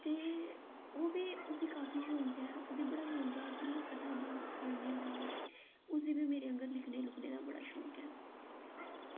ते ओह् उसी काफी शौंक ऐ उसी बड़ा शौंक ऐ कि कताबां पढ़ने दा उसी बी मेरे आंह्गर लिखने लूखने दा बड़ा शौंक ऐ